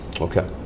Okay